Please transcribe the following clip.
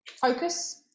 focus